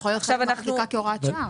הוא יכול להיות כהוראת שעה.